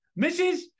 Mrs